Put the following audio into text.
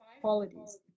qualities